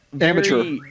Amateur